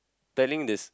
telling the